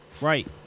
Right